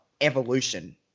evolution